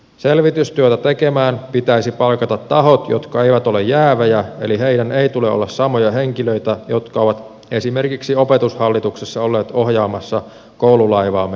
selvitystyötä tekemään pitäisi palkata tahot jotka eivät ole jäävejä eli heidän ei tule olla samoja henkilöitä jotka ovat esimerkiksi opetushallituksessa olleet ohjaamassa koululaivaamme nykyiseen suuntaan